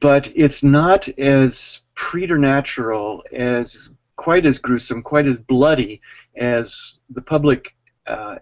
but it's not as preternatural, or quiet as gruesome, quiet as bloody as the public